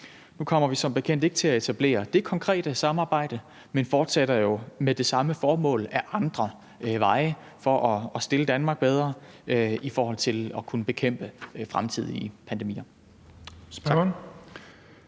Nu kommer vi som bekendt ikke til at etablere det konkrete samarbejde, men fortsætter jo med det samme formål ad andre veje for at stille Danmark bedre i forhold til at kunne bekæmpe fremtidige pandemier.